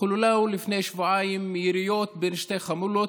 התחוללו לפני שבועיים יריות בין שתי חמולות,